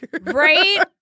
right